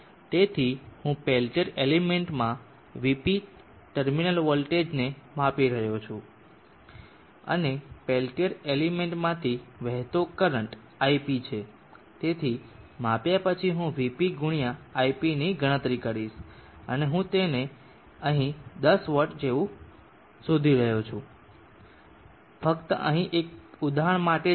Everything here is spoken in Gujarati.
તેથી હું પેલ્ટીયર એલિમેન્ટમાં Vp ટર્મિનલ વોલ્ટેજને માપી રહ્યો છું અને પેલ્ટીયર એલિમેન્ટમાંથી વહેતો કરંટ Ip છે તેથી માપ્યા પછી હું Vp ગુણ્યા Ip ની ગણતરી કરીશ અને હું તેને અહીં 10 વોટ જેટલું શોધી રહ્યો છું ફક્ત અહીં એક ઉદાહરણ માટેજ છે